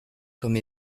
comme